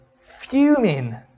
fuming